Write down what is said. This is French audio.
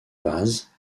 vases